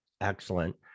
excellent